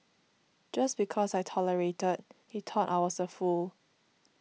just because I tolerated he thought I was a fool